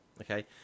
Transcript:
okay